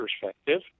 perspective